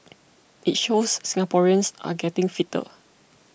it shows Singaporeans are getting fitter